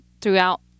throughout